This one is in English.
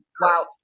wow